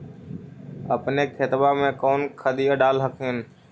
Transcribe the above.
अपने खेतबा मे कौन खदिया डाल हखिन?